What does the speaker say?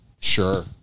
Sure